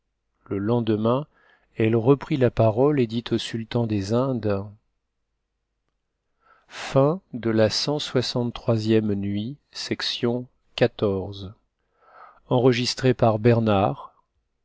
voyait paraitre elle poursuivit la nuit suivante et dit au sultan des indes